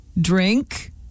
drink